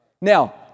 Now